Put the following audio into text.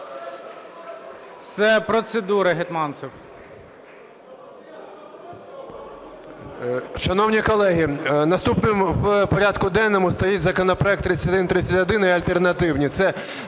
З процедури – Гетманцев.